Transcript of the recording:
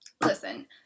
Listen